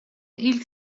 ilk